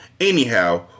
Anyhow